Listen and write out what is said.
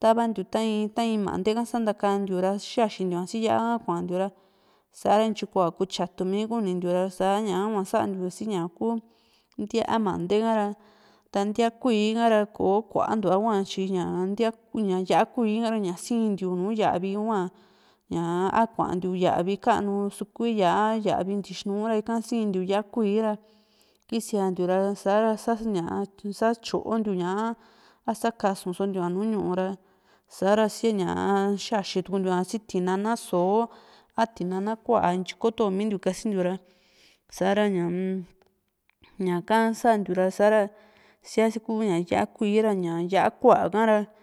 tavantiu ta in ta in mante sankantiu ra xaxintiua si yá´a kuantiu ra sa´ra ntyi kua kutyatumi kunintiu ra ta sa´a ñahua santiu si´ña ku ntía mante ka ra ta ntíaa kuíi hara ko kuantua hua tyi ña yá´a kuíí a´ra ña sintiu nùù yavi hua a kuantiu yavi ka´nu sukuilla a yavi ntixinu ra ika sintiu yá´a kuíí ra kisiantiu ra sa´ra sa ñaa satyoontiu ña a sakasusontiu ña nùù ñu´u ra sa´ra xaxitundia si tinana soo a tianana ku´a ntyi kotomintiu kasintiu ra sa´ra ñaa-m ñaka santiu ra sa´ra sa kuña yá´a kuíí yá´a kuá ka´ra